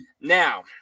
Now